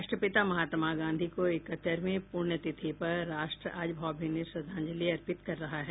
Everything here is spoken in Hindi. राष्ट्रपिता महात्मा गांधी को इकहत्तर वीं पुण्यतिथि पर राष्ट्र आज भावभीनी श्रद्धांजलि अर्पित कर रहा है